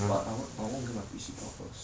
but I want I want get my P_C part first